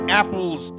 apples